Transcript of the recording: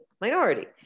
minority